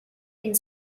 and